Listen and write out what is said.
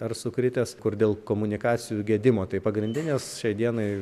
ar sukritęs kur dėl komunikacijų gedimo tai pagrindinės šiai dienai